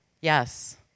Yes